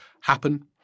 happen